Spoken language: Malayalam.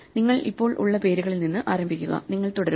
നിങ്ങൾ ഇപ്പോൾ ഉള്ള പേരുകളിൽ നിന്ന് ആരംഭിക്കുക നിങ്ങൾ തുടരുക